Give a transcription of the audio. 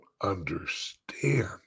understand